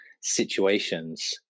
situations